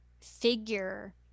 figure